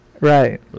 Right